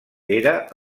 era